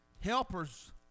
Helpers